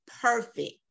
perfect